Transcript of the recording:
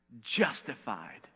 justified